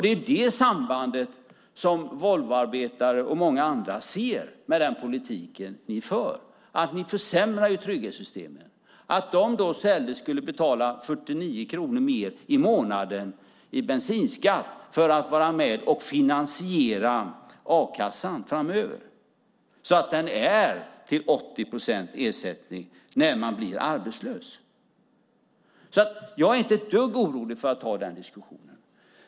Det är det sambandet som Volvoarbetare och många andra ser med den politik ni för: Ni försämrar trygghetssystemen. Sedan ska de i stället betala 49 kronor mer i månaden i bensinskatt för att vara med och finansiera a-kassan framöver så att den ger 80 procent i ersättning när man blir arbetslös. Jag är inte ett dugg orolig för att ta den diskussionen.